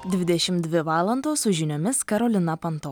dvidešim dvi valandos su žiniomis karolina panto